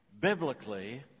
biblically